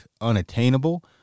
unattainable